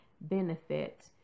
benefit